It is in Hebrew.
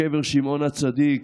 קבר שמעון הצדיק.